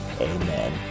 Amen